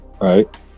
Right